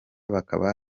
bakaba